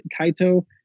kaito